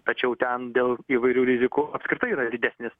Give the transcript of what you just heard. tačiau ten dėl įvairių rizikų apskritai yra didesnis